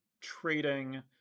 trading